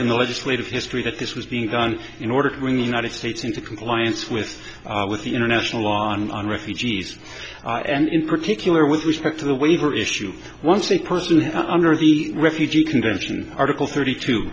in the legislative history that this was being done in order to bring the united states into compliance with our with the international law on refugees and in particular with respect to the waiver issue once a person under the refugee convention article thirty two